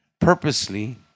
purposely